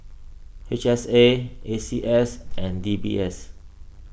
H S A A C S and D B S